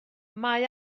mae